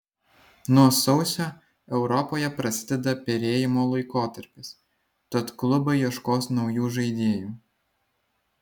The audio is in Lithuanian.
nuo sausio europoje prasideda perėjimo laikotarpis tad klubai ieškos naujų žaidėjų